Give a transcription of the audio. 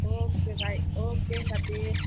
okay bye okay साथी